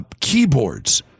keyboards